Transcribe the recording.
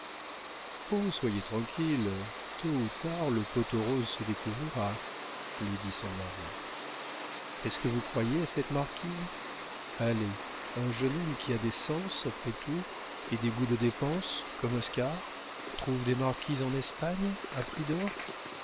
soyez tranquille tôt ou tard le pot aux roses se découvrira lui dit son mari est-ce que vous croyez à cette marquise allez un jeune homme qui a des sens après tout et des goûts de dépense comme oscar trouve des marquises en espagne à prix